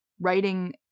writing